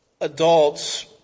adults